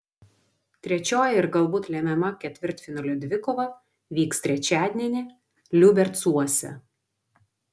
trečioji ir galbūt lemiama ketvirtfinalio dvikova vyks trečiadienį liubercuose